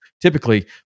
typically